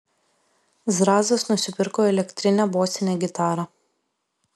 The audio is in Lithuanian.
zrazas nusipirko elektrinę bosinę gitarą